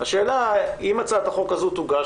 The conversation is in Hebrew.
השאלה היא: אם הצעת החוק תוגש,